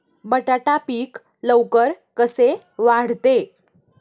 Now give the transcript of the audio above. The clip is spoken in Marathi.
बटाटा पीक लवकर कसे वाढते?